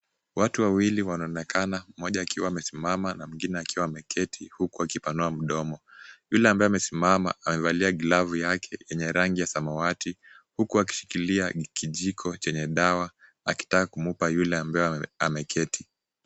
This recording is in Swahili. Watu wawili wanaonekana , mmoja akiwa amesimama na mwengine akiwa ameketi huku wakipanua mdomo. Yule ambaye amesimama amevalia glavu yake yenye rangi ya samawati, huku akishikilia kijiko chenye dawa akitaka kumpa yule ambaye ameketi.